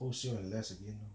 wholesale and less again lor